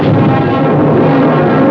or